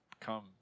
come